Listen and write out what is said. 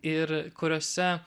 ir kuriose